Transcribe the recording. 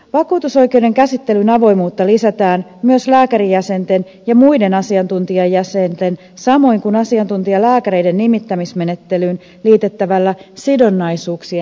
vakuutusoikeuden käsittelyn avoimuutta lisätään myös lääkärijäsenten ja muiden asiantuntijajäsenten samoin kuin asiantuntijalääkäreiden nimittämismenettelyyn liitettävällä sidonnaisuuksien ilmoittamisella